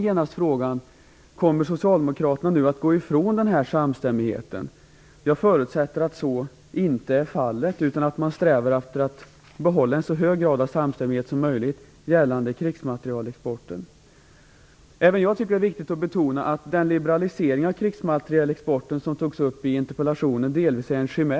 Då uppstår frågan: Kommer Socialdemokraterna att gå ifrån denna samstämmighet? Jag förutsätter att så inte är fallet, utan att man strävar efter att behålla en så hög grad av samstämmighet som möjligt vad gäller krigsmaterielexporten. Även jag tycker att det är viktigt att betona att den liberalisering av krigsmaterielexporten som togs upp i interpellationen delvis är en chimär.